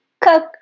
cook